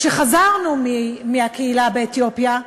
כשחזרנו מהקהילה באתיופיה,